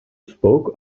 spoke